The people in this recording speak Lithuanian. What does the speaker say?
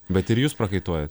bet ir jūs prakaituoja